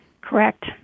Correct